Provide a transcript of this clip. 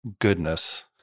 goodness